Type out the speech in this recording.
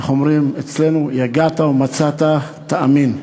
איך אומרים אצלנו, יגעת ומצאת תאמין.